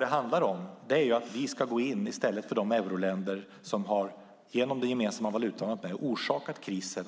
Det handlar om att vi ska gå in och ta över en del av krisens bördor för de euroländer som genom den gemensamma valutan har varit med och orsakat krisen.